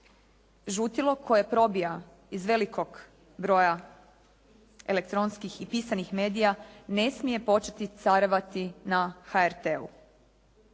Žutilo koje probija iz velikog broja elektronskih i pisanih medija ne smije početi carevati na HRT-u.